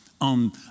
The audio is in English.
on